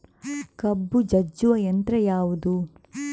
ಕಬ್ಬು ಜಜ್ಜುವ ಯಂತ್ರ ಯಾವುದು?